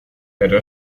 pero